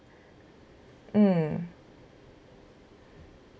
mm